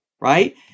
Right